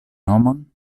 nomon